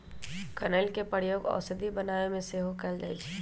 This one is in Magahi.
कनइल के प्रयोग औषधि बनाबे में सेहो कएल जाइ छइ